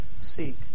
seek